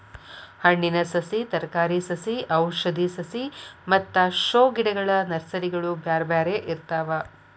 ಹಣ್ಣಿನ ಸಸಿ, ತರಕಾರಿ ಸಸಿ ಔಷಧಿ ಸಸಿ ಮತ್ತ ಶೋ ಗಿಡಗಳ ನರ್ಸರಿಗಳು ಬ್ಯಾರ್ಬ್ಯಾರೇ ಇರ್ತಾವ